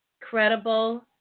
credible